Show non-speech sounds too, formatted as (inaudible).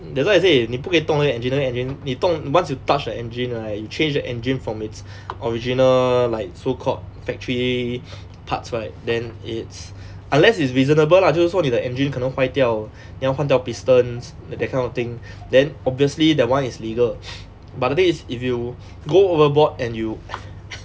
that's why I say 你不可以动那个 engine 那个 engine 你动 once you touch the engine right you change the engine from its original like so called factory (noise) parts right then it's unless it's reasonable lah 就是说你的 engine 可能坏掉你要换掉 pistons that that kind of thing then obviously the [one] is legal (noise) but the thing is if you go overboard and you (coughs)